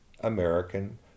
American